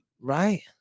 Right